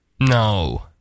No